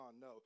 No